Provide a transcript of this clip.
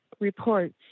reports